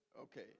Okay